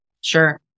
Sure